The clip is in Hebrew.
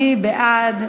מי בעד?